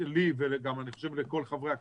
לי ואני חושב שגם לכל חברי הכנסת,